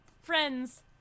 Friends